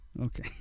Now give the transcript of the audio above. okay